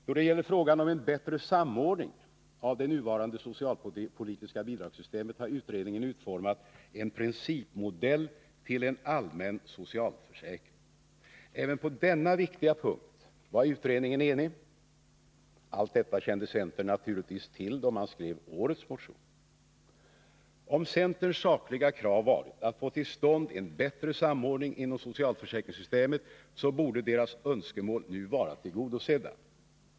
Då det gäller frågan om en bättre samordning av det nuvarande socialpolitiska bidragssystemet har utredningen utformat en principmodell till en allmän socialförsäkring. Även på denna viktiga punkt var utredningen enig. Allt detta kände centern naturligtvis till då man skrev årets motion. Om centerns sakliga krav varit att få till stånd en bättre samordning inom socialförsäkringssystemet, borde dess önskemål nu vara tillgodosedda.